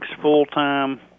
full-time